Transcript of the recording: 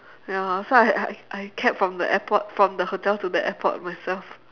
ya lah so I I I cab from the airport from the hotel to the airport myself